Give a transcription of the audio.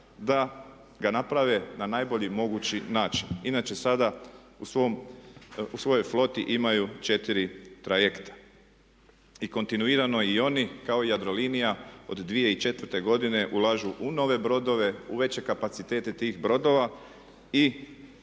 da ga naprave na najbolji mogući način. Inače sada u svojoj floti imaju 4 trajekta i kontinuirano i oni kao i Jadrolinija od 2004. godine ulažu u nove brodove, u veće kapacitete tih brodova.